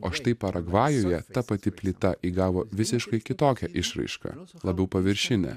o štai paragvajuje ta pati plyta įgavo visiškai kitokią išraišką labiau paviršinę